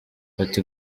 bati